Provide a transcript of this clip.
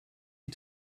die